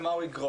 למה הוא יגרום.